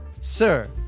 Sir